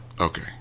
okay